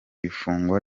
ifungwa